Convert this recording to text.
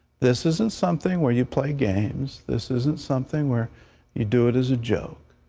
this isn't something where you play games. this isn't something where you do it as a joke.